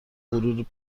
غرور